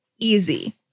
easy